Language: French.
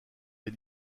des